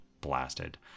blasted